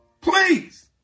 please